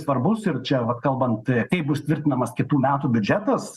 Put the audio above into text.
svarbus ir čia vat kalbant kaip bus tvirtinamas kitų metų biudžetas